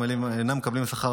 והם עמלים ואינם מקבלים שכר,